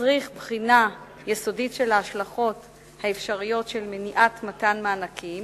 מצריך בחינה יסודית של ההשלכות האפשריות של מניעת מתן מענקים